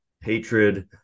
hatred